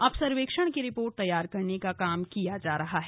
अब सर्वेक्षण की रिपोर्ट तैयार करने का काम किया जा रहा है